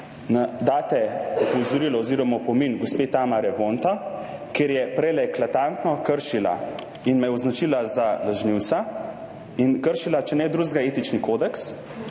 da daste opozorilo oziroma opomin gospe Tamari Vonta, ker je prejle eklatantno kršila in me je označila za lažnivca, kršila, če ne drugega, etični kodeks.